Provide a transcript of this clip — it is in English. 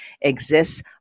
exists